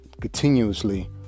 continuously